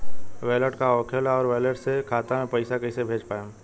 Wallet का होखेला और वैलेट से खाता मे पईसा कइसे भेज पाएम?